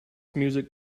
music